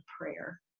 prayer